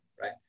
right